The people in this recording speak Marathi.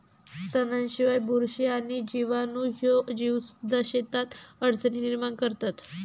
तणांशिवाय, बुरशी आणि जीवाणू ह्ये जीवसुद्धा शेतात अडचणी निर्माण करतत